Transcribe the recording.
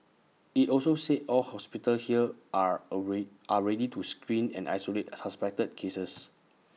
IT also said all hospitals here are aerie are ready to screen and isolate suspected cases